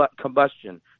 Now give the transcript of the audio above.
combustion